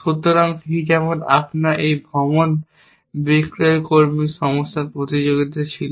সুতরাং ঠিক যেমন আপনার এই ভ্রমণ বিক্রয়কর্মী সমস্যা প্রতিযোগিতা ছিল